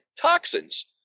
toxins